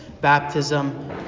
baptism